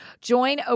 Join